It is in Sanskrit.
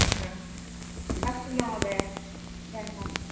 हा अस्तु महोदय धन्यवादः